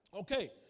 Okay